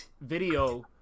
video